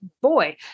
boy